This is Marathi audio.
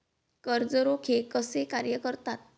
कर्ज रोखे कसे कार्य करतात?